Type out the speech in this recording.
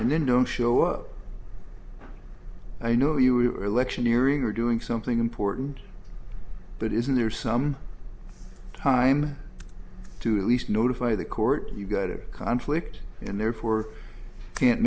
and then don't show up i know you were electioneering or doing something important but isn't there some time to at least notify the court you've got a conflict and therefore can't